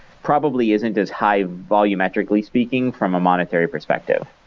probably isn't as high volumetrically speaking from a monetary perspective.